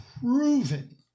proven